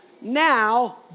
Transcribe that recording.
Now